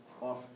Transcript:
off